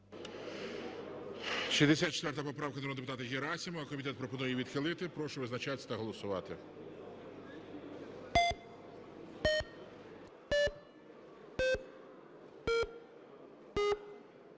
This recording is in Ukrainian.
74 поправка Герасимова. Комітет пропонує відхилити. Прошу визначатись та голосувати.